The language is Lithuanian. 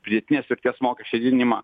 pridėtinės vertės mokesčio didinimą